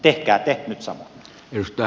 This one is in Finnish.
tehkää te nyt samoin